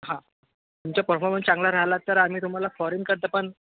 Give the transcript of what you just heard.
हां तुमचा परफॉमन्स चांगला राहिला तर आम्ही तुम्हाला फॉरेनकरता पण